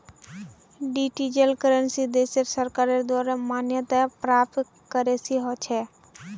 digital currency देशेर सरकारेर द्वारे मान्यता प्राप्त करेंसी ह छेक